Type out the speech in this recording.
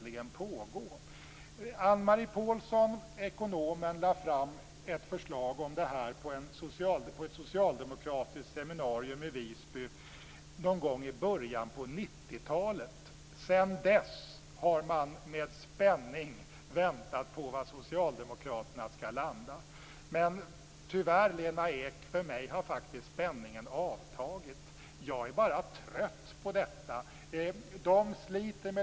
Ekonomen Anne-Marie Pålsson lade fram ett förslag i början av 90-talet på ett socialdemokratiskt seminarium i Visby. Sedan dess har man med spänning väntat på var socialdemokraterna skall landa. Men tyvärr, Lena Ek, för mig har spänningen avtagit. Jag är bara trött.